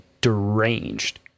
deranged